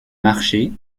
marcher